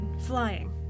flying